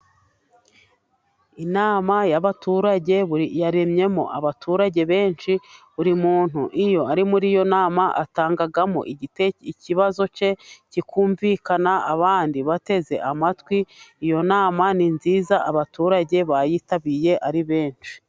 Inama y'abaturage, yaremyemo abaturage benshi, buri muntu iyo ari muri iyo nama, atangamo ikibazo cye kikumvikana, abandi bateze amatwi iyo nama, ni nziza abaturage bayitabiye ari benshi.